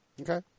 Okay